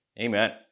Amen